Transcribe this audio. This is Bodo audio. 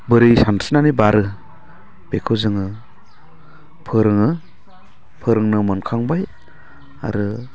बोरै सानस्रिनानै बारो बेखौ जोङो फोरोङो फोरोंनो मोनखांबाय आरो